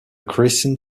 crescent